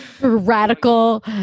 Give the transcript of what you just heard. Radical